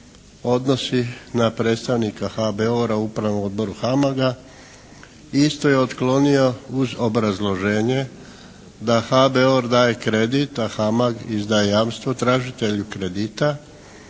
odnosi na predstavnika HBOR-a u Upravnom odboru HAMAG-a istu je otklonio uz obrazloženje da HBOR daje kredit, a HAMAG izdaje jamstvo tražitelju kredita,